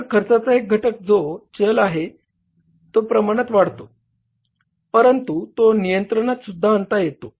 तर खर्चाचा एक घटक जो चल आहे तो प्रमाणात वाढतो परंतु तो नियंत्रणातसुद्धा आणता येतो